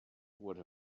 would